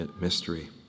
mystery